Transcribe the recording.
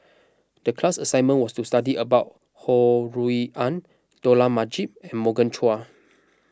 the class assignment was to study about Ho Rui An Dollah Majid and Morgan Chua